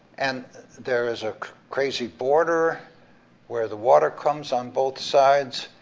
and there is a crazy border where the water comes on both sides,